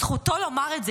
זכותו לומר את זה,